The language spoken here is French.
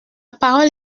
parole